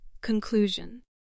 Conclusion